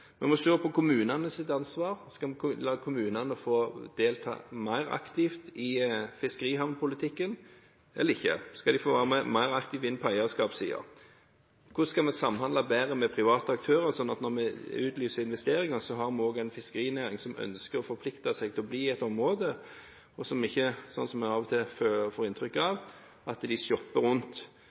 på kommunenes ansvar. Skal vi la kommunene få delta mer aktivt i fiskerihavnpolitikken eller ikke? Skal de få være med mer aktivt på eierskapssiden? Hvordan skal vi samhandle bedre med private aktører slik at når vi utlyser investeringer, har vi også en fiskerinæring som ønsker å forplikte seg til å bli i et område, og som ikke, sånn som vi av og til får inntrykk av, shopper rundt og gjerne gjør at